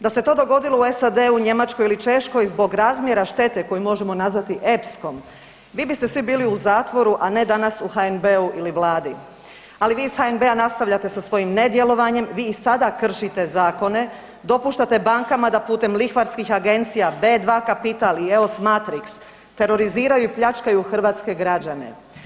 Da se to dogodilo u SAD-u, Njemačkoj ili Češkoj, zbog razmjera štete koju možemo nazvati epskom, vi biste svi bili u zatvoru, a ne dana su HNB-u ili Vladi, ali vi iz HNB-a nastavljate sa svojim nedjelovanjem, vi i sada kršite zakone, dopuštate bankama da putem lihvarskih agencija, B2 kapital i Eos matrix teroriziraju i pljačkaju hrvatske građane.